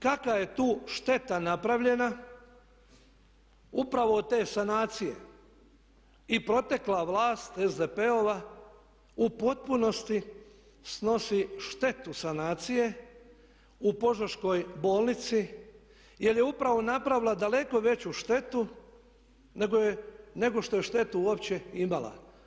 Kakva je tu šteta napravljena upravo od te sanacije i protekla vlast SDP-ova u potpunosti snosi štetu sanacije u Požeškoj bolnici jer je upravo napravila daleko veću štetu nego što je štetu uopće imala.